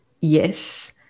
yes